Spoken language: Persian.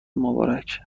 مبارک